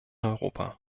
europa